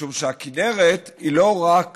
משום שהכינרת היא לא רק